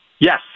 Yes